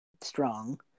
strong